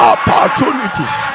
Opportunities